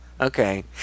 okay